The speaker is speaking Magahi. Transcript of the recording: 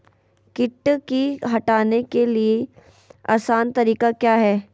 किट की हटाने के ली आसान तरीका क्या है?